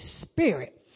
Spirit